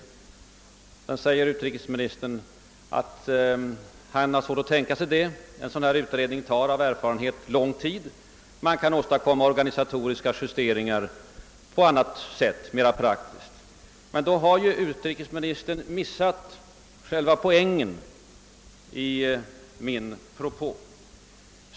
Sedan säger utrikesministern att han har svårt att tänka sig detta, ty en sådan utredning tar — det vet man av erfarenhet — mycket lång tid för sitt arbete. Man kan åstadkomma behövliga organisatoriska justeringar på annat, mera praktiskt sätt. Men då har utrikesministern missat själva poängen i min tanke.